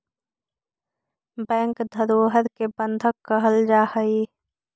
bank धरोहर के बंधक कहल जा हइ